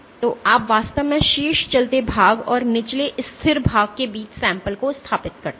तो आप वास्तव में शीर्ष चलती भाग और निचले स्थिर भाग के बीच सैंपल को स्थापित करते हैं